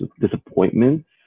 disappointments